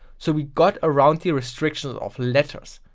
so we got around the restrictions of letters.